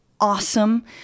awesome